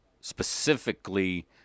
specifically